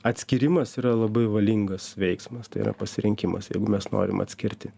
atskyrimas yra labai valingas veiksmas tai yra pasirinkimas jeigu mes norim atskirti